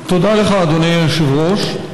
תודה לך, אדוני היושב-ראש.